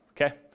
okay